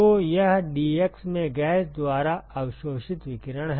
तो यह dx में गैस द्वारा अवशोषित विकिरण है